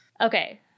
okay